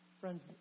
Friends